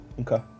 Okay